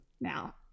Now